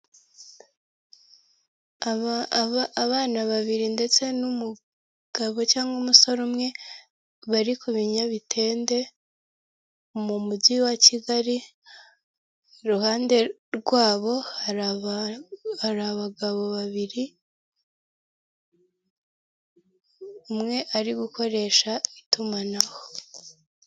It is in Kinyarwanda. Aba aba abana babiri ndetse n'umugabo cyangwa umusore umwe bari ku binyabitende mu mujyi wa Kigali iruhande rwabo hari abagabo babiri umwe ari gukoresha itumanaho.